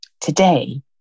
Today